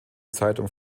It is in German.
zeitung